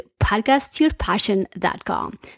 podcastyourpassion.com